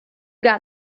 got